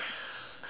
your turn